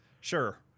sure